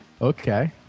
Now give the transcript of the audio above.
Okay